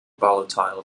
volatile